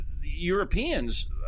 Europeans